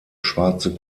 schwarze